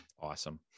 Awesome